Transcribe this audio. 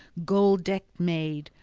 gold-decked maid,